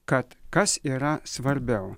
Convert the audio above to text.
kad kas yra svarbiau